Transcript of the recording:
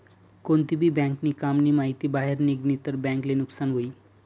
कोणती भी बँक नी काम नी माहिती बाहेर निगनी तर बँक ले नुकसान हुई